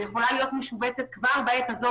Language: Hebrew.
היא יכולה להיות משובצת כבר בעת הזו,